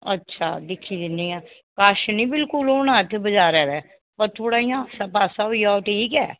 अच्छा दिक्खी दिन्नी आं कश नी बिल्कुल होना इत्थें बजारा दे पर थोह्ड़ा इयां आस्सै पास्सै होई जा ठीक ऐ